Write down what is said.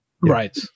Right